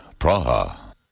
Praha